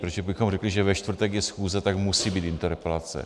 Protože kdybychom řekli, že ve čtvrtek je schůze, tak musí být interpelace.